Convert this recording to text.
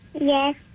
Yes